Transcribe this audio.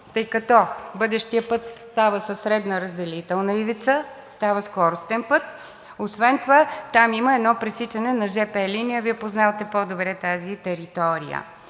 тъй като бъдещият път става със средна разделителна ивица, става скоростен път. Освен това там има едно пресичане на жп линия – Вие познавате по-добре тази територия.